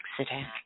accident